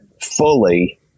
fully